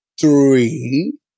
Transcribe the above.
three